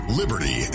liberty